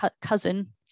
cousin